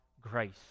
grace